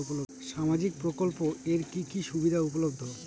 সামাজিক প্রকল্প এর কি কি সুবিধা উপলব্ধ?